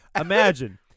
Imagine